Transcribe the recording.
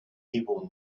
people